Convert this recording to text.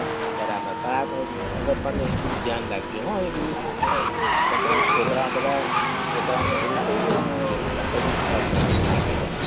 હાં બરાબર હાં પણ હવે એવું બધું ધ્યાન રાખજો હો એવું બધું અને તમારે છોકરાઓ બધાં છોકરાઓને બધું કહી દેજો હોં કે આ બાજુ કચરોને બધું નાંખે નહીં